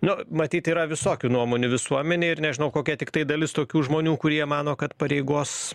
nu matyt yra visokių nuomonių visuomenėj ir nežinau kokia tiktai dalis tokių žmonių kurie mano kad pareigos